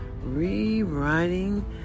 rewriting